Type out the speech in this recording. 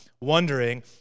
wondering